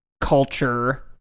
culture